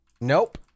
Nope